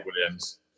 Williams